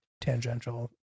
tangential